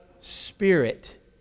spirit